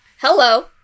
Hello